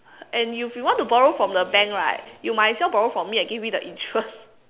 and if you want to borrow from the bank right you might as well borrow from me I give you the interest